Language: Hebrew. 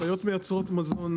בחיות מייצרות מזון,